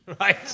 Right